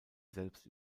selbst